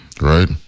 right